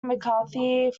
mccarthy